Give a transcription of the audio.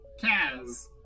Kaz